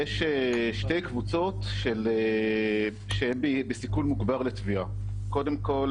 יש שתי קבוצות שהן בסיכון מוגבר לטביעה: קודם כל,